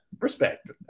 Respect